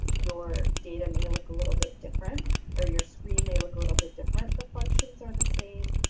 your data may look a little bit different or your screen may look a little bit different. the functions are the same,